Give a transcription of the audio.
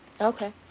okay